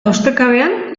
ustekabean